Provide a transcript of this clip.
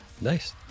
Nice